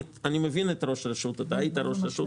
אני מבין את ראש הרשות, היית ראש רשות.